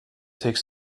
takes